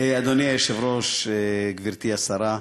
אדוני היושב-ראש, גברתי השרה,